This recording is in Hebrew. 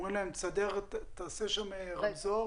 אומרים להם: תעשה שם רמזור,